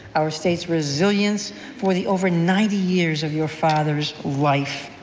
our state's resilience for the over ninety years of your father's life.